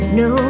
no